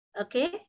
Okay